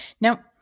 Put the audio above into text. Now